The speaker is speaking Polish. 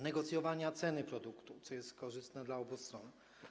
negocjowania ceny produktu, co jest korzystne dla obu stron.